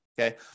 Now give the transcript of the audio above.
okay